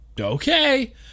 okay